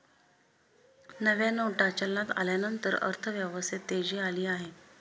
नव्या नोटा चलनात आल्यानंतर अर्थव्यवस्थेत तेजी आली आहे